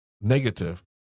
negative